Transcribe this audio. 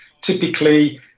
typically